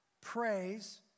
praise